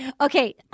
Okay